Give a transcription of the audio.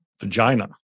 vagina